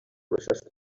recessed